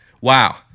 Wow